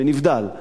בנבדל.